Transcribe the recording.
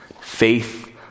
Faith